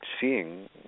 seeing